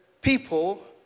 people